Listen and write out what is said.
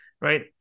right